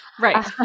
Right